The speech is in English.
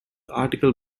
article